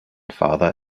father